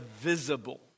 visible